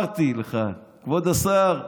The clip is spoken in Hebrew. לצערי הרב, אמרתי לך, כבוד השר פריג',